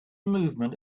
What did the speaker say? movement